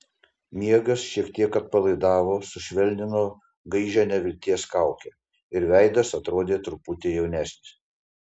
miegas šiek tiek atpalaidavo sušvelnino gaižią nevilties kaukę ir veidas atrodė truputį jaunesnis